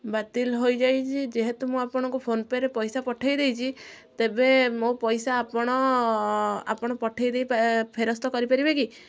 ବାତିଲ ହୋଇଯାଇଛି ଯେହେତୁ ମୁଁ ଆପଣଙ୍କୁ ଫୋନପେ ରେ ପଇସା ପଠାଇ ଦେଇଛି ତେବେ ମୋ ପଇସା ଆପଣ ଆପଣ ପଠାଇ ଦେଇ ପା ଫେରସ୍ତ କରି ପାରିବେ କି